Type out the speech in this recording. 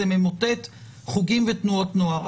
זה ממוטט חוגים ותנועות נוער.